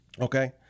Okay